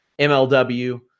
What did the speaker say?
MLW